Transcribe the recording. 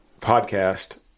podcast